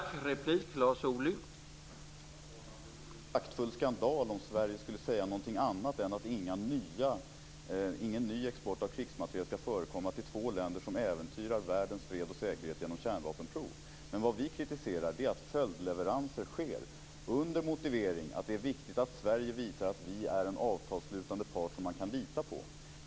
Herr talman! Det vore en praktfull skandal om Sverige skulle säga något annat än att ingen ny export av krigsmateriel skall förekomma till två länder som äventyrar freden och säkerheten i världen genom kärnvapenprov. Vi kritiserar att följdleveranser sker under motivering att det är viktigt att Sverige visar att vi är en avtalsslutande part som man kan lita på.